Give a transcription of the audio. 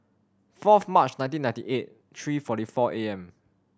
fourth March nineteen ninety eight three forty four A M